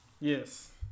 Yes